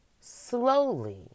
slowly